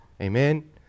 Amen